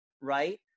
right